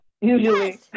usually